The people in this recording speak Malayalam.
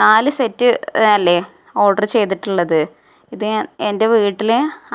നാല് സെറ്റ് അല്ലേ ഓഡ്റ് ചെയ്തിട്ടുള്ളത് ഇത് എൻ്റെ വീട്ടിൽ